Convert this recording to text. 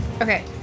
Okay